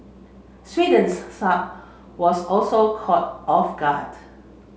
Sweden's Saab was also caught off guard